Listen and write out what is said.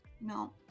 no